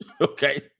Okay